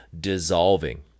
dissolving